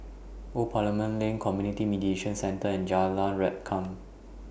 Old Parliament Lane Community Mediation Centre and Jalan Rengkam